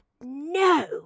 no